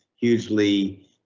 hugely